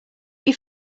your